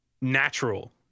natural